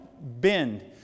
bend